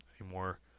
anymore